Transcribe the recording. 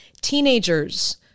teenagers